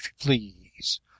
please